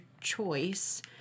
choice